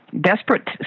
Desperate